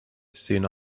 soon